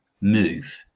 move